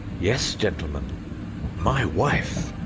yes, gentlemen my wife!